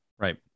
Right